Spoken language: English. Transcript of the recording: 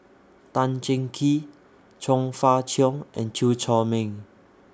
Tan Cheng Kee Chong Fah Cheong and Chew Chor Meng